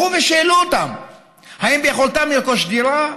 לכו ושאלו אותם אם ביכולתם לרכוש דירה,